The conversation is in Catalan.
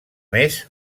més